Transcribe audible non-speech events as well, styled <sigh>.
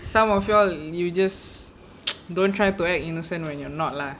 some of you all you just <noise> don't try to act innocent when you're not lah